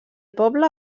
poble